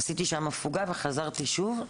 עשיתי שם הפוגה וחזרתי שוב.